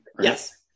Yes